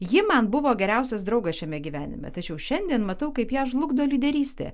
ji man buvo geriausias draugas šiame gyvenime tačiau šiandien matau kaip ją žlugdo lyderystė